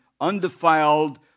undefiled